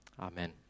Amen